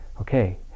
okay